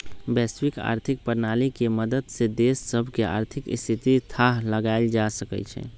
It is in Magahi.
वैश्विक आर्थिक प्रणाली के मदद से देश सभके आर्थिक स्थिति के थाह लगाएल जा सकइ छै